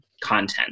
content